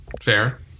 Fair